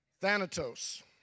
Thanatos